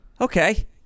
Okay